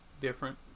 Different